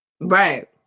Right